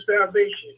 salvation